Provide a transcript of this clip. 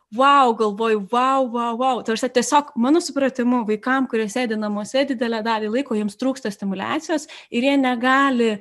vau galvoju vau vau vau ta prasme tiesiog mano supratimu vaikam kurie sėdi namuose didelę dalį laiko jiems trūksta stimuliacijos ir jie negali